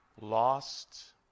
Lost